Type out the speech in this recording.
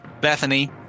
Bethany